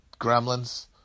gremlins